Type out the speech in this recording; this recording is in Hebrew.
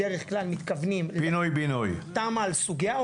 בדרך כלל מתכוונים לתמ"א על סוגיה,